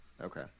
okay